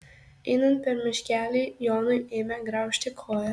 einant per miškelį jonui ėmė graužti koją